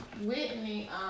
Whitney